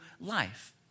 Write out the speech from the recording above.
life